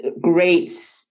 great